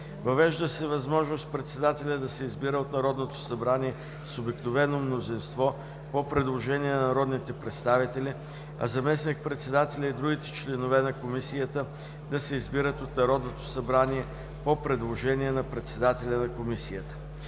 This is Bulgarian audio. Въвежда се възможност председателят да се избира от Народното събрание с обикновено мнозинство по предложение на народните представители, а заместник-председателят и другите членове на Комисията да се избират от Народното събрание по предложение на председателя на Комисията.